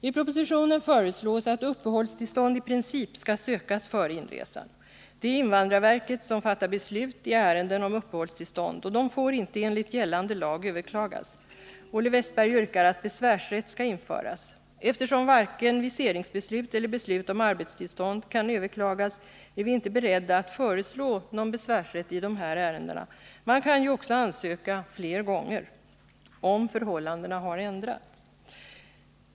I propositionen föreslås att uppehållstillstånd i princip skall sökas före avresan. Det är invandrarverket som fattar beslut i ärenden om uppehållstillstånd, och de får enligt gällande lag inte överklagas. Olle Wästberg yrkar att besvärsrätt skall införas. Eftersom varken viseringsbeslut eller beslut om arbetstillstånd kan överklagas är vi inte beredda att föreslå besvärsrätt när det gäller beslut om uppehållstillstånd. Man kan ju också ansöka flera gånger, om förhållandena har ändrats.